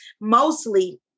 mostly